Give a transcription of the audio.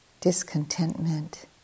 discontentment